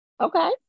Okay